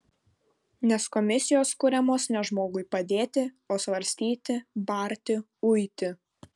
nes komisijos kuriamos ne žmogui padėti o svarstyti barti uiti